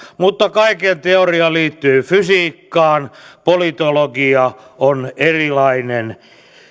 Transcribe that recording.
mutta kaiken teoria liittyy fysiikkaan politologia on erilainen